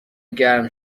گرم